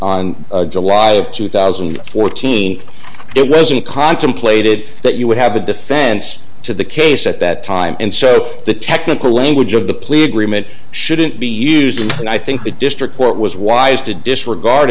on july of two thousand and fourteen it wasn't contemplated that you would have a defense to the case at that time and so the technical language of the plea agreement shouldn't be used and i think the district court was wise to disregard